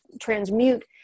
transmute